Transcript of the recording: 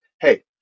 hey